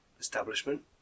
establishment